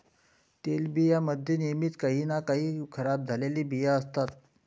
तेलबियां मध्ये नेहमीच काही ना काही खराब झालेले बिया असतात